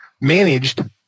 managed